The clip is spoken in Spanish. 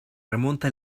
remonta